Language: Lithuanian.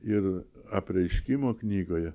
ir apreiškimo knygoje